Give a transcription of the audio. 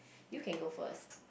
you can go first